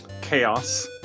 Chaos